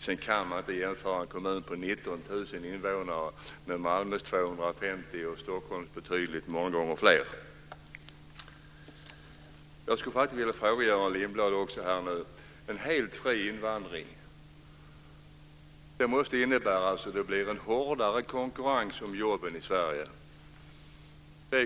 Sedan kan man inte jämföra en kommun med 19 000 invånare med Malmös 250 000 och Stockholms betydligt många gånger fler. Lindblad. En helt fri invandring måste innebära att det blir en hårdare konkurrens om jobben i Sverige.